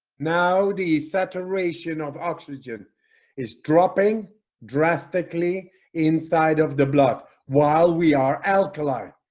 now the saturation of oxygen is dropping drastically inside of the blood while we are alkaline.